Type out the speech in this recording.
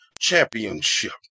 championship